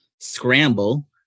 scramble